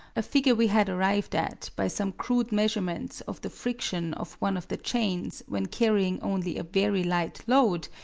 a figure we had arrived at by some crude measurements of the friction of one of the chains when carrying only a very light load,